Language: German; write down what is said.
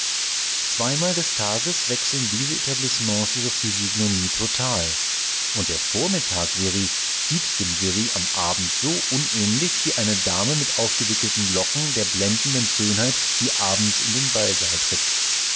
zweimal des tages wechseln diese etablissements ihre physiognomie total und der vormittag very sieht dem very am abend so unähnlich wie eine dame mit aufgewickelten locken der blendenden schönheit die abends in den ballsaal tritt